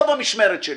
דברי.